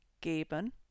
geben